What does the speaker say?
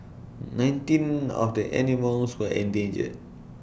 nineteen of the animals were endangered